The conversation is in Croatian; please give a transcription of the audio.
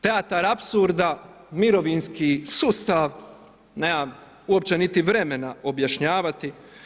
Teatar apsurda, mirovinski sustav, nemam uopće niti vremena objašnjavati.